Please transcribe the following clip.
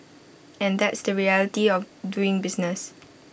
and that's the reality of doing business